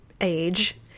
age